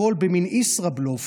הכול במין ישראבלוף,